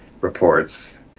reports